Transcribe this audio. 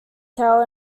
tail